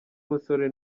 musore